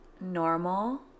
normal